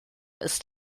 ist